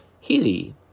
hilly